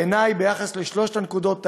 בעיני, בשלוש הנקודות האלה,